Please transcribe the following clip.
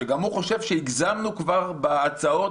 שגם הוא חושב שהגזמנו כבר בהצעות